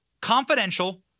confidential